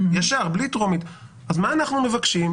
אז מה אנחנו מבקשים?